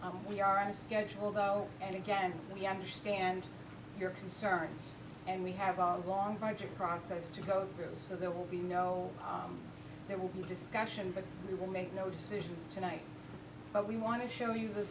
here we are on the schedule though and again we understand your concerns and we have a long project process to go through so there will be no there will be discussion but we will make no decisions tonight but we want to show you the